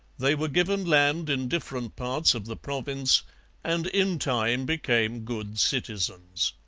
they were given land in different parts of the province and in time became good citizens.